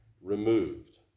removed